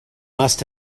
must